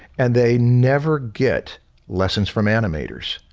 and they never get lessons from animators,